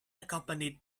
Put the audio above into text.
accompanied